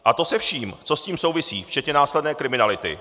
A to se vším, co s tím souvisí, včetně následné kriminality.